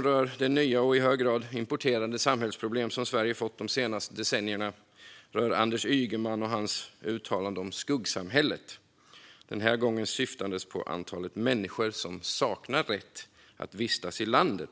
rör det nya och i hög grad importerade samhällsproblem som Sverige fått de senaste decennierna. Anders Ygeman gjorde ett uttalande om "skuggsamhället", denna gång syftande på antalet människor som saknar rätt att vistas i landet.